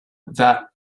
that